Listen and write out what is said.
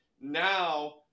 Now